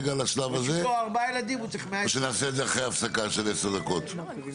כשיש ברשותו ארבעה ילדים הוא צריך 120 מטר.